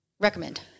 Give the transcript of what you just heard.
Recommend